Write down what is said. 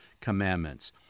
commandments